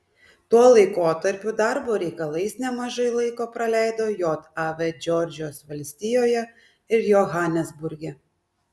tuo laikotarpiu darbo reikalais nemažai laiko praleido jav džordžijos valstijoje ir johanesburge